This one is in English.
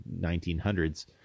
1900s